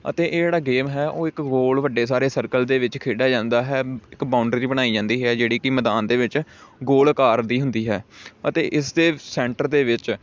ਅਤੇ ਇਹ ਜਿਹੜਾ ਗੇਮ ਹੈ ਉਹ ਇੱਕ ਗੋਲ ਵੱਡੇ ਸਾਰੇ ਸਰਕਲ ਦੇ ਵਿੱਚ ਖੇਡਿਆ ਜਾਂਦਾ ਹੈ ਇੱਕ ਬਾਊਂਡਰੀ ਜੀ ਬਣਾਈ ਜਾਂਦੀ ਹੈ ਜਿਹੜੀ ਕੀ ਮੈਦਾਨ ਦੇ ਵਿੱਚ ਗੋਲ ਆਕਾਰ ਦੀ ਹੁੰਦੀ ਹੈ ਅਤੇ ਇਸ ਦੇ ਸੈਂਟਰ ਦੇ ਵਿੱਚ